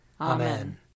Amen